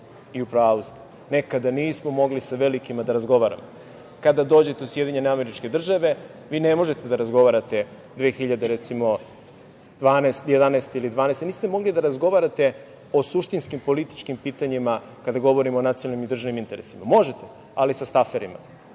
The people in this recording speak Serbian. i u pravu ste, nekada nismo mogli sa velikima da razgovaramo. Kada dođete u SAD, vi ne možete da razgovarate. Recimo, 2011. ili 2012. godine niste mogli da razgovarate o suštinskim političkim pitanjima, kada govorimo o nacionalnim i državnim interesima. Možete, ali sa „staferima“.